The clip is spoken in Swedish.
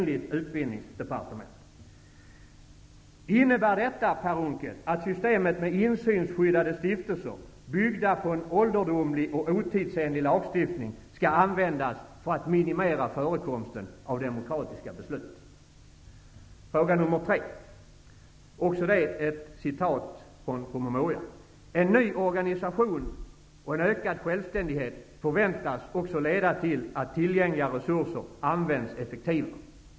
Min fråga nr 2 är: Innebär detta, Per Unckel, att systemet med insynsskyddade stiftelser, byggda på en ålderdomlig och otidsenlig lagstiftning, skall användas för att minimera förekomsten av demokratiska beslut? Också fråga nr 3 utgår från ett citat från promemorian: ''En ny organisation och en ökad självständighet förväntas också leda till att tillgängliga resurser används effektivare.''